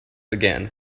again